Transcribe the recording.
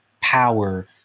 power